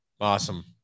Awesome